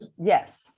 Yes